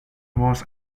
was